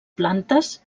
plantes